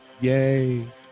yay